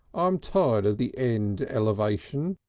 i'm tired of the end elevation.